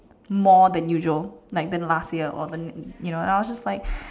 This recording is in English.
more than usual than last year and I was just like